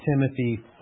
Timothy